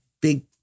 big